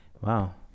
Wow